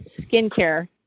skincare